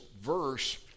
verse